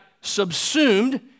subsumed